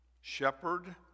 shepherd